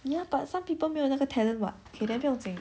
ya but some people 没有那个 talent [what] K then 不要紧